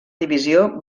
divisió